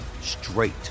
straight